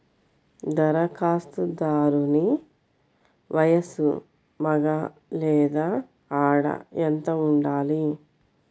ధరఖాస్తుదారుని వయస్సు మగ లేదా ఆడ ఎంత ఉండాలి?